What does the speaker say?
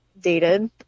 dated